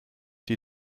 die